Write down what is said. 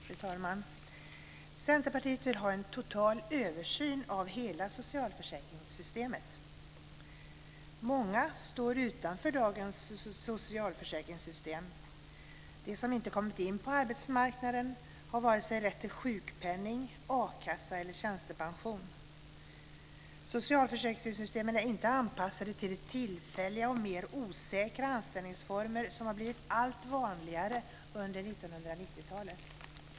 Fru talman! Centerpartiet vill ha en total översyn av hela socialförsäkringssystemet. Många står utanför dagens socialförsäkringssystem. De som inte kommit in på arbetsmarknaden har vare sig rätt till sjukpenning, a-kassa eller tjänstepension. Socialförsäkringssystemen är inte anpassade till de tillfälliga och mer osäkra anställningsformer som har blivit allt vanligare under 1990-talet.